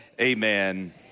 Amen